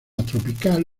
tropical